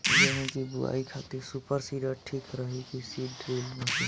गेहूँ की बोआई खातिर सुपर सीडर ठीक रही की सीड ड्रिल मशीन?